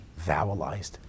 vowelized